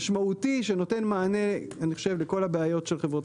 משמעותי שנותן מענה לכל הבעיות של חברות